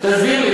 תסביר לי,